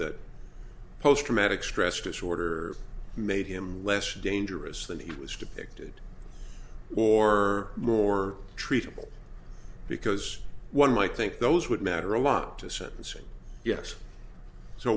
that post traumatic stress disorder made him less dangerous than he was depicted or more treatable because one might think those would matter a lot to sentencing yes so